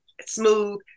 smooth